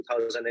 2008